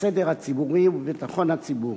בסדר הציבורי ובביטחון הציבור.